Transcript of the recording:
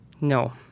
No